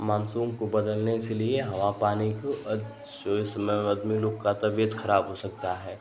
monsoon को बदलने इसलिए हवा पानी को सोये समय आदमी लोग का तबीयत खराब हो सकता है